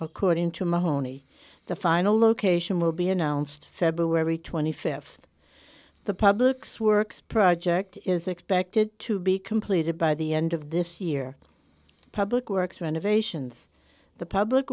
according to mahoney the final location will be announced february th the public's works project is expected to be completed by the end of this year public works renovations the public